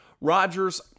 Rodgers